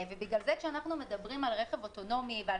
בגלל זה כשאנחנו מדברים על רכב אוטונומי ועל